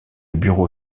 bureau